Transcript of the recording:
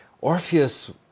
Orpheus